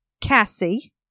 Cassie